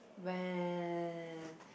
when